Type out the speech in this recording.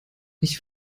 ich